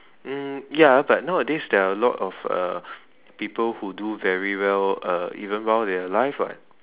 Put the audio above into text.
um ya but nowadays there are a lot of uh people who do very well uh even well in their life [what]